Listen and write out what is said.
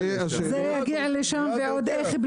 זה יגיע לשם, ועוד איך.